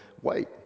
white